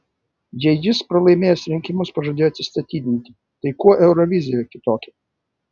jei jis pralaimėjęs rinkimus pažadėjo atsistatydinti tai kuo eurovizija kitokia